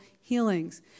healings